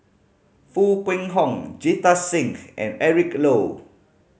Foo Kwee Horng Jita Singh and Eric Low